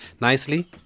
nicely